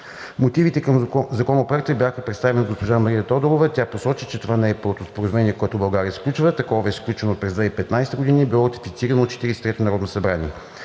Мотивите към Законопроекта бяха представени от госпожа Мария Тодорова. Тя посочи, че това не е първото споразумение, което България сключва. Такова е сключено през 2015 г. и е било ратифицирано от 43-то Народно събрание.